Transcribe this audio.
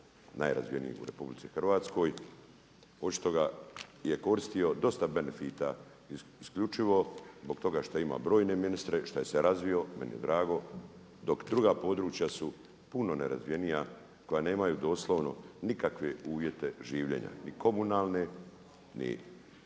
najrazvijeniji u RH, očito je koristio dosta benefita, isključivo zbog toga što je imao brojne ministre, što je se razvio, meni je drago, doku druga područja su puno nerazvijenija koja nemaju doslovno nikakve uvjete življenja ni komunalne, ni